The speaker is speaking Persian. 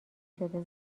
شده